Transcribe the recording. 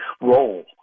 role